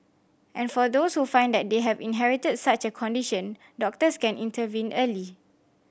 and for those who find that they have inherited such a condition doctors can intervene early